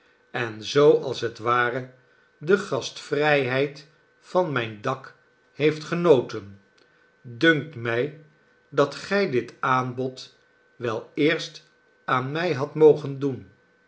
en zoo als het ware de gastvrijheid van mijn dak heeft genoten dunkt mij dat gij dit aanbod wel eerst aan mij hadt mogen doen